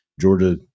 Georgia